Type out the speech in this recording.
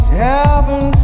heaven